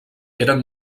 eren